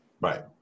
Right